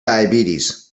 diabetes